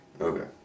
Okay